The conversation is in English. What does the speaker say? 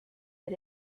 but